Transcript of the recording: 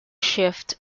shift